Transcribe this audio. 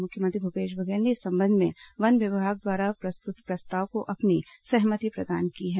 मुख्यमंत्री भूपेश बघेल ने इस संबंध में वन विभाग द्वारा प्रस्तुत प्रस्ताव को अपनी सहमति प्रदान कर दी है